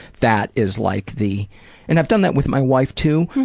that is like the and i've done that with my wife too,